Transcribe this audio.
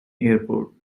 airport